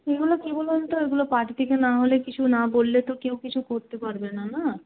এগুলো কী বলুন তো এগুলো পার্টি থেকে না হলে কিছু না বললে তো কেউ কিছু করতে পারবে না না